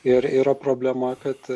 ir yra problema kad